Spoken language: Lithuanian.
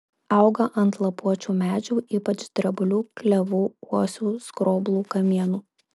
auga ant lapuočių medžių ypač drebulių klevų uosių skroblų kamienų